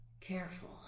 Careful